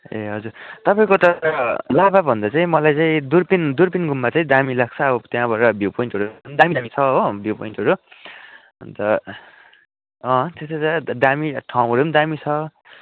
ए हजुर तपाईँको तर लाभाभन्दा चाहिँ मलाई चाहिँ दुर्पिन दुर्पिन गुम्बा चाहिँ दामी लाग्छ अब त्यहाँबाट भ्यु पोइन्टहरू पनि दामी दामी छ हो अन्त अँ त्यस्तै छ दामी ठाउँहरू पनि दामी छ